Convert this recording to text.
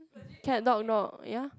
cat dog dog ya